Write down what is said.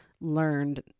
learned